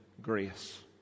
grace